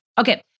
Okay